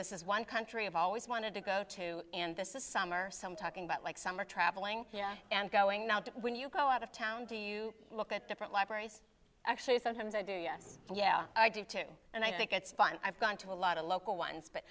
this is one country i've always wanted to go to and this is summer some talking about like summer traveling and going now to when you go out of town do you look at different libraries actually sometimes i do yes yeah i do too and i think it's fun i've gone to a lot of local ones but